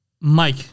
Mike